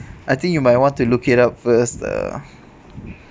I think you might want to look it up first ah